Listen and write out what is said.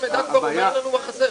מרכז המחקר והמידע כבר העביר לנו מה חסר.